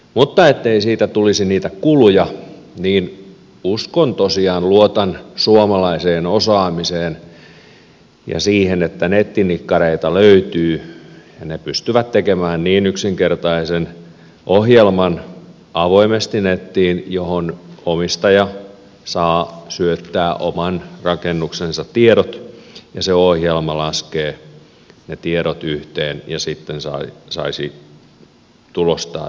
mutta ettei siitä tulisi niitä kuluja niin uskon tosiaan luotan suomalaiseen osaamiseen ja siihen että nettinikkareita löytyy ja he pystyvät tekemään niin yksinkertaisen ohjelman avoimesti nettiin johon omistaja saa syöttää oman rakennuksensa tiedot ja se ohjelma laskee ne tiedot yhteen ja sitten saisi tulostaa todistuksen pihalle